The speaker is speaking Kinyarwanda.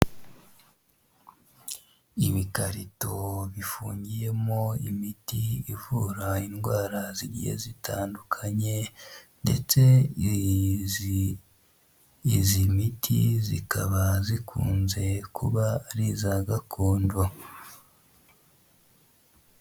Ibikarito bifungiyemo imiti ivura indwara zigiye zitandukanye ndetse izi miti zikaba zikunze kuba ari iza gakondo.